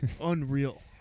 unreal